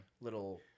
Little